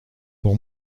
pour